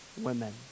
women